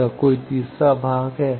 क्या कोई तीसरा भाग है